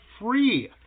free